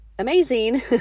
Amazing